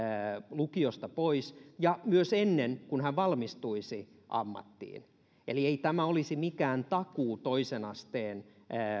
lukiosta pois ja myös ennen kuin hän valmistuisi ammattiin eli ei tämä olisi mikään takuu toisen asteen